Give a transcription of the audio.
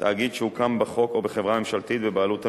תאגיד שהוקם בחוק או חברה ממשלתית בבעלות המדינה,